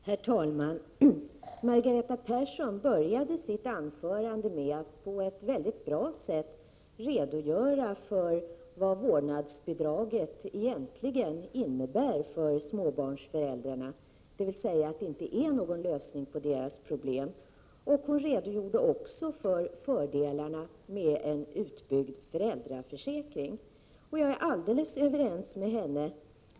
Herr talman! Margareta Persson började sitt anförande med att på ett väldigt bra sätt redogöra för vad vårdbidraget egentligen innebär för småbarnsföräldrarna, dvs. att det inte är någon lösning på deras problem. Hon redogjorde också för fördelarna med en utbyggd föräldraförsäkring. Jag är alldeles överens med henne.